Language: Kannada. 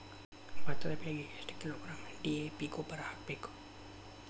ಭತ್ತದ ಬೆಳಿಗೆ ಎಷ್ಟ ಕಿಲೋಗ್ರಾಂ ಡಿ.ಎ.ಪಿ ಗೊಬ್ಬರ ಹಾಕ್ಬೇಕ?